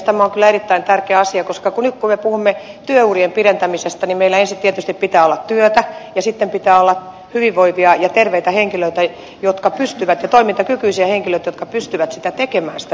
tämä on kyllä erittäin tärkeä asia koska nyt kun me puhumme työurien pidentämisestä meillä ensin tietysti pitää olla työtä ja sitten pitää olla hyvinvoivia terveitä ja toimintakykyisiä henkilöitä jotka pystyvät tekemään sitä työtä